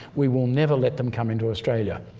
we will never let them come into australia.